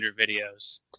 videos